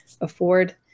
afford